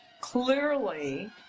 clearly